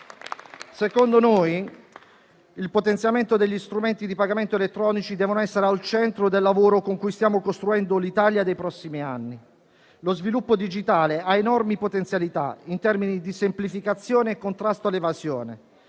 Secondo noi, il potenziamento degli strumenti di pagamento elettronici deve essere al centro del lavoro con cui stiamo costruendo l'Italia dei prossimi anni. Lo sviluppo digitale ha enormi potenzialità in termini di semplificazione e contrasto all'evasione